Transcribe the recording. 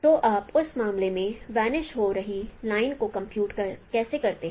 तो आप उस मामले में वनिश हो रही लाइन को कंप्यूट कैसे करते हैं